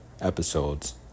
episodes